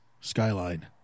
skyline